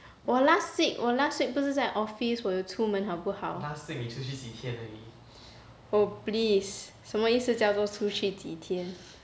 我 last week 我 last week 不是在 office 我有出门好不好 oh please 什么意思叫做出去几天